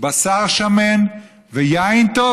בשר שמן ויין טוב,